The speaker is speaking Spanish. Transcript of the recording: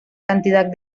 cantidad